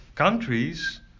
Countries